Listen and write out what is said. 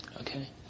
okay